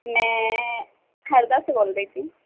मैं हरिद्वार से बोल रही थी